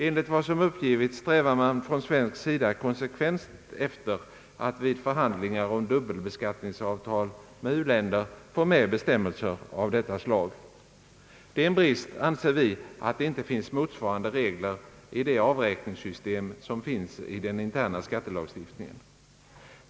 Enligt vad som uppgivits strävar man från svensk sida konsekvent efter att vid förhandlingar om dubbelbeskattningsavtal med u-länder få med bestämmelser av detta slag. Det är en brist, anser vi, att det inte finns motsvarande regler i avräkningssystemet i den interna skattelagstiftningen.